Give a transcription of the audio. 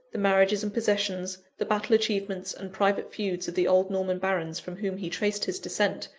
the marriages and possessions, the battle achievements and private feuds of the old norman barons from whom he traced his descent,